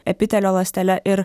epitelio ląstele ir